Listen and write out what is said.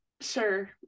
sure